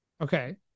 Okay